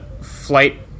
Flight